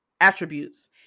attributes